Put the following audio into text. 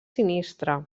sinistre